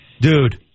Dude